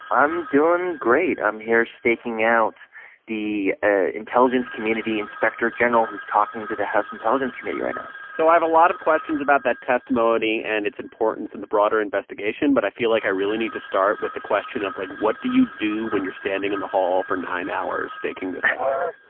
i'm doing great. i'm here staking out the ah intelligence community inspector general, who's talking to the house intelligence committee right now so i have a lot of questions about that testimony and its importance in the broader investigation. but i feel like i really need to start with the question of, like, what do you do when you're standing in the hall for nine hours staking this out?